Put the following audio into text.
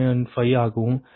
5 ஆகவும் கணக்கிடப்பட்டது